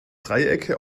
dreiecke